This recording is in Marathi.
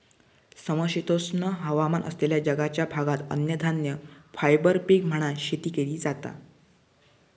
समशीतोष्ण हवामान असलेल्या जगाच्या भागात अन्नधान्य, फायबर पीक म्हणान शेती केली जाता